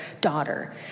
daughter